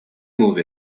move